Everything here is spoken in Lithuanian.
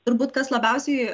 turbūt kas labiausiai